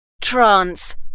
Trance